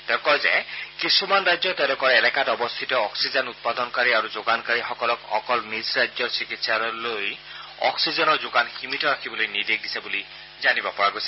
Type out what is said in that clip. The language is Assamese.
তেওঁ কয় যে কিছুমান ৰাজ্যই তেওঁলোকৰ এলেকাত অৱস্থিত অক্সিজেন উৎপাদনকাৰী আৰু যোগানকাৰীসকলক অকল নিজ ৰাজ্যৰ চিকিৎসালয়লৈ অক্সিজেনৰ যোগান সীমিত ৰাখিবলৈ নিৰ্দেশ দিছে বুলি জানিব পৰা গৈছে